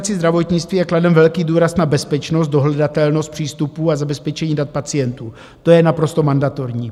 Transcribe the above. Při elektronizaci zdravotnictví je kladen velký důraz na bezpečnost, dohledatelnost přístupů a zabezpečení dat pacientů, to je naprosto mandatorní.